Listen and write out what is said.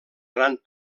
gran